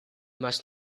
must